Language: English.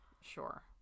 sure